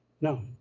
No